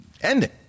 ending